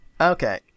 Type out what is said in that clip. Okay